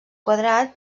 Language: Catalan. quadrat